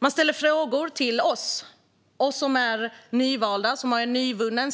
De ställer frågor till oss, som är nyvalda, som har en nyvunnen